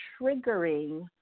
triggering